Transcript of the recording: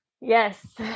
Yes